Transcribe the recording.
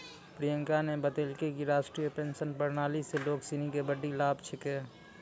प्रियंका न बतेलकै कि राष्ट्रीय पेंशन प्रणाली स लोग सिनी के बड्डी लाभ छेकै